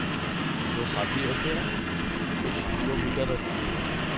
दो साथी होते हैं कुछ किलोमीटर